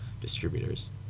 distributors